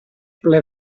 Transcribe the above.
ple